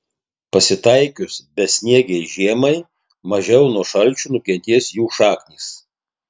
pasitaikius besniegei žiemai mažiau nuo šalčių nukentės jų šaknys